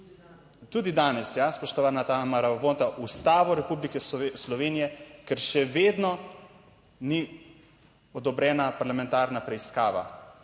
Tudi danes, ja, spoštovana Tamara Vonta, Ustavo Republike Slovenije, ker še vedno ni odobrena parlamentarna preiskava